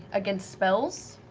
against spells?